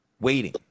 waiting